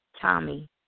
Tommy